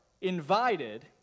invited